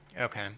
Okay